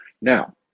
Now